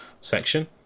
section